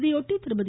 இதையொட்டி திருமதி